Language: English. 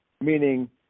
Meaning